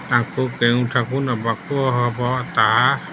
ତାକୁ କେଉଁଠାକୁ ନେବାକୁ ହେବ ତାହା